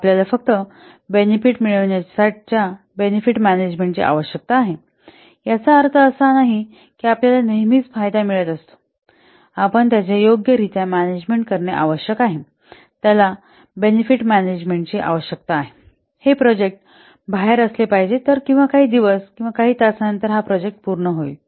आपल्याला फक्त बेनेफिट मिळविण्याच्या बेनेफिट मॅनेजमेंटची आवश्यकता आहे याचा अर्थ असा नाही की आपल्याला नेहमीच फायदा मिळत असतो आपण त्यांचे योग्य रित्या मॅनेजमेंट करणे आवश्यक आहे त्यांना बेनेफिट मॅनेजमेंटाची आवश्यकता आहे हे प्रोजेक्ट बाहेर असले पाहिजे तर काही दिवस किंवा काही तासानंतर हा प्रोजेक्ट पूर्ण होईल